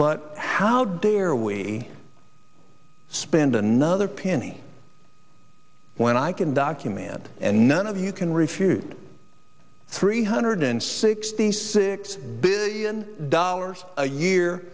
but how dare we spend another penny when i can document and none of you can refute three hundred sixty six billion dollars a year